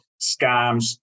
scams